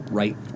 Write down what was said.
right